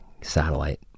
Satellite